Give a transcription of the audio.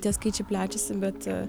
tie skaičiai plečiasi bet